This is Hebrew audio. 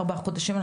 ארבעה חודשים,